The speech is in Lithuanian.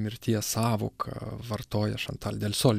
mirties sąvoką vartoja šantal delsol